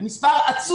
זה מספר עצום,